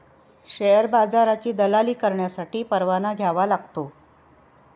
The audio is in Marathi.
शेअर बाजाराची दलाली करण्यासाठी परवाना घ्यावा लागतो